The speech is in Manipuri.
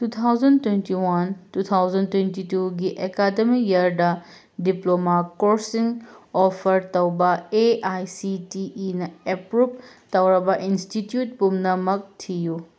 two thousand twenty one two thousand twenty ꯇꯨꯒꯤ ꯑꯦꯀꯥꯗꯃꯤꯛ ꯌꯥꯔꯗ ꯗꯤꯄ꯭ꯂꯣꯃꯥ ꯀꯣꯔꯁꯁꯤꯡ ꯑꯣꯐꯔ ꯇꯧꯕ ꯑꯦ ꯑꯥꯏ ꯁꯤ ꯇꯤ ꯏꯅ ꯑꯦꯄ꯭ꯔꯨꯞ ꯇꯧꯔꯕ ꯏꯟꯁꯇꯤꯇ꯭ꯌꯨꯠ ꯄꯨꯝꯅꯃꯛ ꯊꯤꯌꯨ